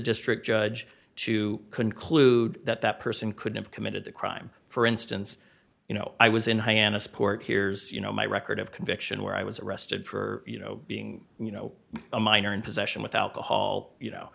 district judge to conclude that that person could have committed the crime for instance you know i was in hyannisport hears you know my record of conviction where i was arrested for you know being you know a minor in possession without the hall you know